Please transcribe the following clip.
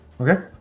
Okay